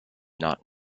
not